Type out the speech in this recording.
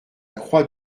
croix